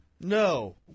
No